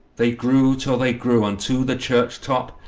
they grew till they grew unto the church top,